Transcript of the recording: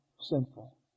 sinful